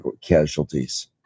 casualties